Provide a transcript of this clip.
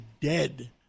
dead